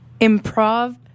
improv